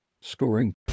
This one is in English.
scoring